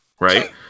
right